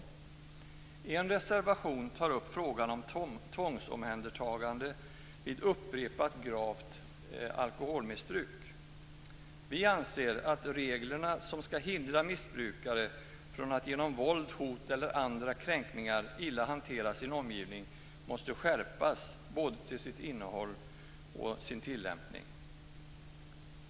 I en reservation tar vi upp frågan om tvångsomhändertagande vid upprepat gravt alkoholmissbruk. Vi anser att reglerna, som ska hindra missbrukare från att genom våld, hot eller andra kränkningar behandla sin omgivning illa, måste skärpas både till sitt innehåll och sin tillämpning.